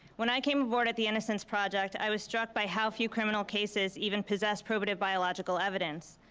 when i came aboard at the innocence project, i was struck by how few criminal cases even possess probative biological evidence.